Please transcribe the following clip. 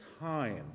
time